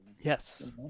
yes